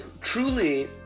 truly